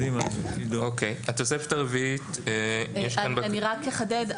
אני רק אחדד.